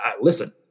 listen